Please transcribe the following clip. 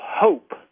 hope